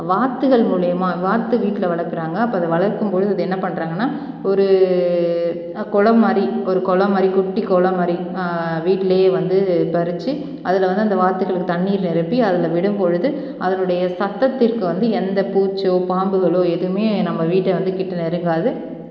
வாத்துகள் மூலயமா வாத்து வீட்டில் வளர்க்குறாங்க அப்போ அதை வளர்க்கும் பொழுது என்ன பண்ணுறாங்கன்னா ஒரு குளம் மாதிரி ஒரு குளம் மாதிரி குட்டி குளம் மாதிரி வீட்லேயே வந்து பறித்து அதில் வந்து அந்த வாத்துகளுக்கு தண்ணி நிரப்பி அதில் விடும்பொழுது அதனுடைய சப்தத்திற்கு வந்து எந்த பூச்சோ பாம்புகளோ எதுவுமே நம்ம வீட்டை வந்து கிட்டே நெருங்காது